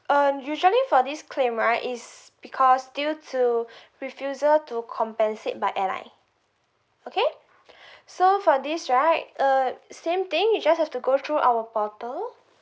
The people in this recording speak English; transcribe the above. um usually for this claim right is because due to refusal to compensate by airline okay so for this right uh same thing you just have to go through our portal